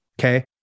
okay